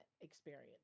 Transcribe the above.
experience